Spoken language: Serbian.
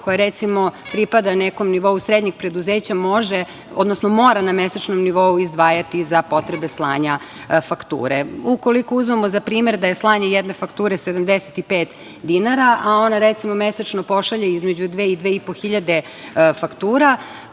koja, recimo, pripada nekom nivou srednjih preduzeća, može, odnosno mora na mesečnom nivou izdvajati za potrebe slanja fakture. Ukoliko uzmemo za primer da je slanje jedne fakture 75 dinara, a ona, recimo, mesečno pošalje između 2.000 i 2.500 faktura,